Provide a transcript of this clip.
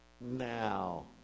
Now